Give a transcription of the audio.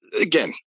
Again